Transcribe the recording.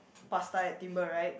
pasta at Timbre right